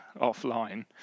offline